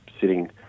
sitting